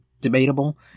debatable